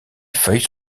feuilles